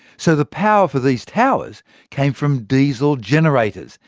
so the power for these towers came from diesel generators.